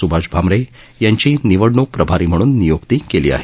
सुभाष भामरे यांची निवडणूक प्रभारी म्हणून निय्क्ती केली आहे